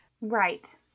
Right